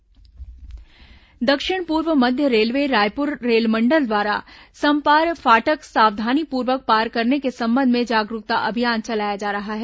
railway जागरूकता अभियान दक्षिण पूर्व मध्य रेलवे रायपुर रेलमंडल द्वारा समपार फाटक सावधानीपूर्वक पार करने के संबंध में जागरूकता अभियान चलाया जा रहा है